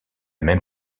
même